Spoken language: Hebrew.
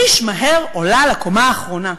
חיש מהר עולה לקומה האחרונה,